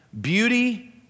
beauty